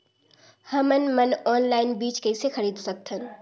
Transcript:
हमन मन ऑनलाइन बीज किसे खरीद सकथन?